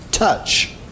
touch